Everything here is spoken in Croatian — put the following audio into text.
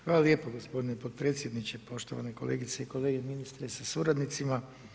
Hvala lijepo gospodine potpredsjedniče, poštovane kolegice i kolege, ministre sa suradnicima.